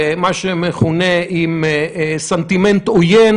אבל מאחר שהיום זה ה-1 ביוני,